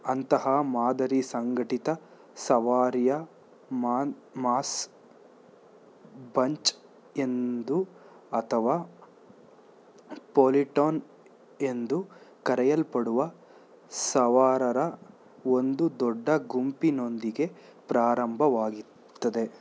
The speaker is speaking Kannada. ಅಂತಹ ಮಾದರಿ ಸಂಘಟಿತ ಸವಾರಿಯ ಮಾನ್ ಮಾಸ್ ಬಂಚ್ ಎಂದು ಅಥವಾ ಪೋಲಿಟೋನ್ ಎಂದು ಕರೆಯಲ್ಪಡುವ ಸವಾರರ ಒಂದು ದೊಡ್ಡ ಗುಂಪಿನೊಂದಿಗೆ ಪ್ರಾರಂಭವಾಗುತ್ತದೆ